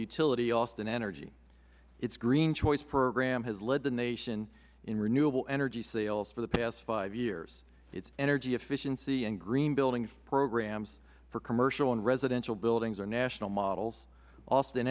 utility austin energy the green choice program has led the nation in renewable energy sales for the past five years the energy efficiency and greenbuilding programs for commercial and residential buildings is a national model austin